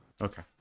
okay